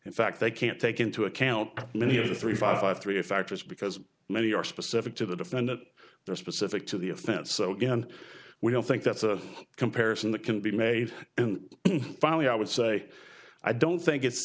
in fact they can't take into account many of the three five three factors because many are specific to the defendant their specific to the offense so we don't think that's a comparison that can be made and finally i would say i don't think it's